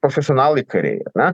profesionalai kariai ar ne